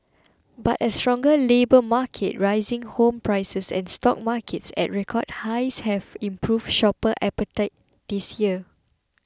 but a stronger labour market rising home prices and stock markets at record highs have improved shopper appetite this year